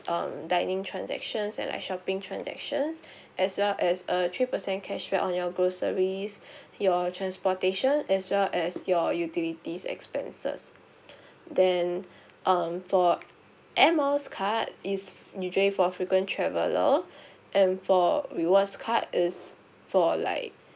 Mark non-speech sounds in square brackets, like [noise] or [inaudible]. um dining transactions and like shopping transactions [breath] as well as a three percent cashback on your groceries [breath] your transportation as well as your utilities expenses [breath] then [breath] um for air miles card it's usually for frequent traveller [breath] and for rewards card it's for like